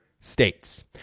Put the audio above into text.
states